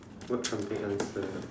what trembling answer